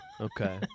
Okay